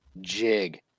jig